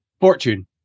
Fortune